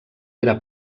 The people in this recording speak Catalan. era